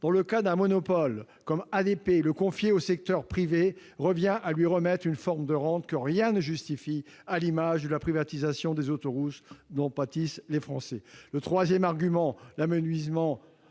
Dans le cas d'un monopole comme ADP, le confier au secteur privé revient à lui remettre une forme de rente que rien ne justifie, à l'image de la privatisation des autoroutes, dont pâtissent les Français.